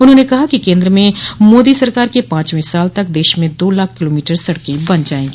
उन्होंने कहा कि केन्द्र में मोदी सरकार के पांचवें साल तक देश में दो लाख किलोमीटर सड़क बन जायेंगी